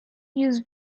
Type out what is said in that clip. use